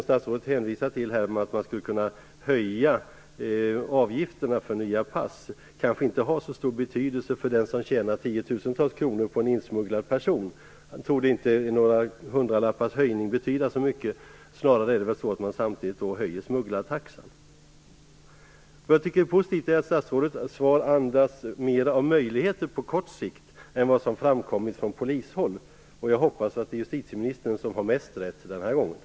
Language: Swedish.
Statsrådet hänvisar här till möjligheten att höja avgifterna för att få nya pass. Men det har kanske inte så stor betydelse för den som tjänar 10 000-tals kronor på en insmugglad person. För den personen torde en höjning med några hundralappar inte betyda så mycket. Snarare höjs väl då också smugglartaxan. Positivt är att statsrådets svar andas mer av möjligheter på kort sikt jämfört med vad som framkommit från polishåll. Jag hoppas att det är justitieministern som har mest rätt den här gången.